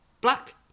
black